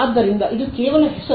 ಆದ್ದರಿಂದ ಇದು ಕೇವಲ ಹೆಸರು